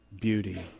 beauty